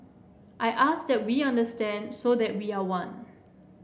I ask that we understand so that we are one